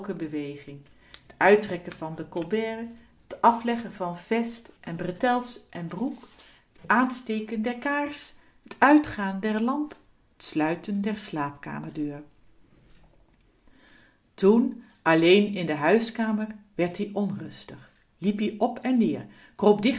beweging t uittrekken van den colbert t afleggen van vest en bretels en broek t aansteken der kaars t uitgaan der lamp t sluiten der slaapkamerdeur toen alleen in de huiskamer werd ie onrustig liep-ie op en neer kroop